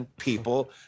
people